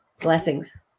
Blessings